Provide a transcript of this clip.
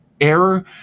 error